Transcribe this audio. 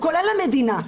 כולל המדינה,